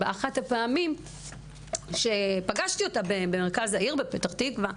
באחת הפעמים שפגשתי אותה במרכז העיר פתח תקווה,